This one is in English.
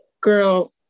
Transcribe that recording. girl